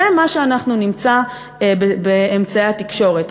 זה מה שאנחנו נמצא באמצעי התקשורת.